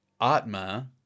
Atma